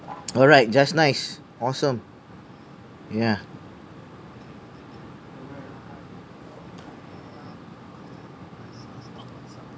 alright just nice awesome yeah